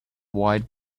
wide